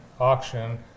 auction